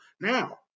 Now